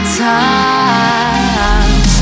time